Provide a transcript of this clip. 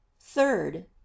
Third